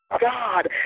God